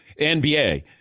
NBA